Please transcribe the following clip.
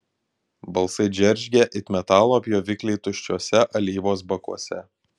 balsai džeržgė it metalo pjovikliai tuščiuose alyvos bakuose